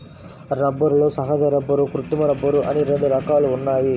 రబ్బరులో సహజ రబ్బరు, కృత్రిమ రబ్బరు అని రెండు రకాలు ఉన్నాయి